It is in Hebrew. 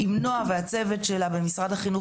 עם נועה והצוות שלה במשרד החינוך,